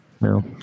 No